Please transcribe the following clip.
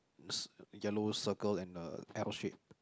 it's yellow circle and a L shape